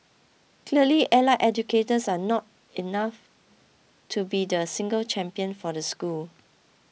clearly allied educators are not enough to be the single champion for the school